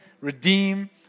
redeem